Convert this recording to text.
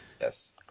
Yes